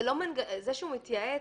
זה שהוא מתייעץ,